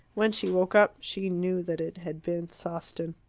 when she woke up she knew that it had been sawston.